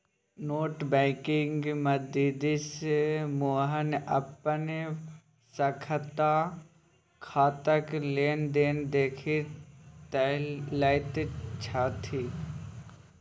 net बैंकिंगक मददिसँ मोहन अपन सभटा खाताक लेन देन देखि लैत छथि